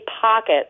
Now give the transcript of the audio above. pockets